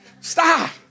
Stop